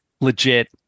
legit